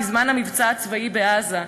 בזמן המבצע הצבאי בעזה.